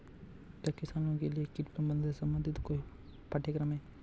क्या किसानों के लिए कीट प्रबंधन से संबंधित कोई पाठ्यक्रम है?